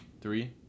Three